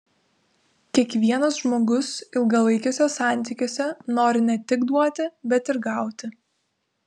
kiekvienas žmogus ilgalaikiuose santykiuose nori ne tik duoti bet ir gauti